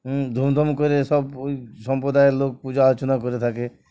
হুম ধুমধম করে সব ওই সম্প্রদায়ের লোক পূজা অর্চনা করে থাকে